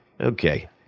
okay